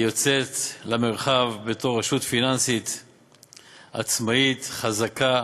היא יוצאת למרחב בתור רשות פיננסית עצמאית, חזקה,